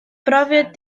brofiad